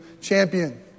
champion